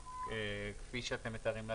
כפי שאתם מתארים לעצמכם,